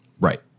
Right